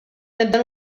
nibda